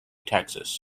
texas